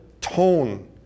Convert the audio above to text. tone